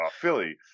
Philly